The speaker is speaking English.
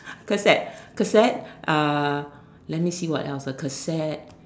casette casette uh let me see what else ah a casette